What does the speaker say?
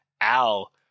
al